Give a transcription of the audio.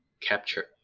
capture